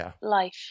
life